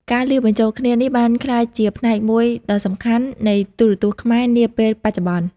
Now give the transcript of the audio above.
ការលាយបញ្ចូលគ្នានេះបានក្លាយជាផ្នែកមួយដ៏សំខាន់នៃទូរទស្សន៍ខ្មែរនាពេលបច្ចុប្បន្ន។